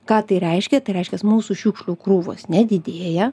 ką tai reiškia ta reiškias mūsų šiukšlių krūvos nedidėja